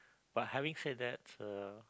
but having said that uh